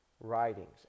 writings